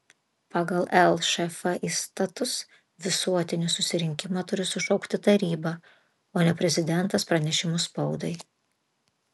pagal lšf įstatus visuotinį susirinkimą turi sušaukti taryba o ne prezidentas pranešimu spaudai